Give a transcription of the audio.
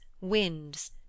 winds